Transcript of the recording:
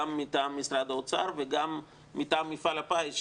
גם מטעם משרד האוצר וגם מטעם מפעל הפיס,